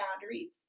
boundaries